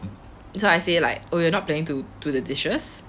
that's why I say like !oi! you're not planing to do the dishes